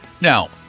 Now